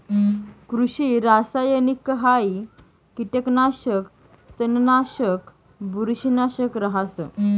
कृषि रासायनिकहाई कीटकनाशक, तणनाशक, बुरशीनाशक रहास